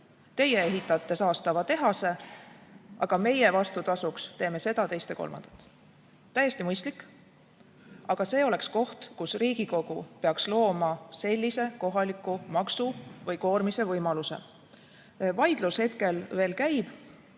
Teie ehitate saastava tehase, aga meie vastutasuks teeme seda, teist ja kolmandat. Täiesti mõistlik. Aga see oleks koht, kus Riigikogu peaks looma sellise kohaliku maksu või koormise võimaluse. Vaidlus hetkel veel käib.